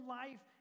life